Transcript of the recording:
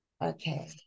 Okay